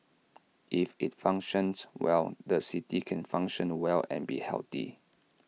if IT functions well the city can function well and be healthy